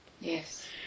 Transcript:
yes